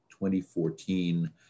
2014